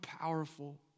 powerful